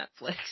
Netflix